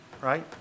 right